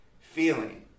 feeling